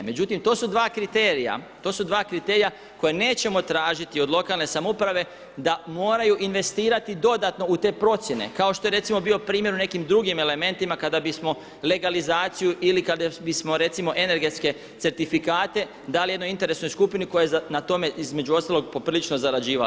Međutim, to su dva kriterija koja nećemo tražiti od lokalne samouprave da moraju investirati dodatno u te procjene kao što je recimo bio primjer u nekim drugim elementima kada bismo legalizaciju ili kada bismo recimo energetske certifikate dali jednoj interesnoj skupini koja je na tome između ostalog poprilično zarađivala.